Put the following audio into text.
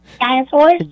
Dinosaurs